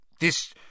This